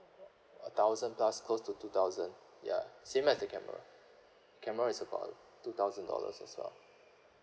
a thousand plus close to two thousand ya same as the camera camera is about two thousand dollars as well